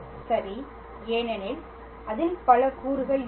சரி ஏனெனில் அதில் பல கூறுகள் இல்லை